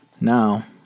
Now